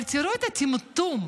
אבל תראו את הטמטום,